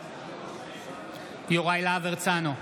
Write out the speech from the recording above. בעד יוראי להב הרצנו,